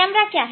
camera क्या है